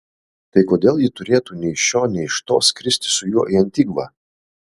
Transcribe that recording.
tai kodėl ji turėtų nei iš šio nei iš to skristi su juo į antigvą